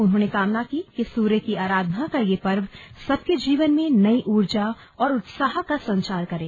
उन्होंने कामना की कि सूर्य की आराधना का यह पर्व सबके जीवन में नई ऊर्जा और उत्साह का संचार करे